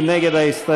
מי נגד ההסתייגות?